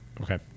okay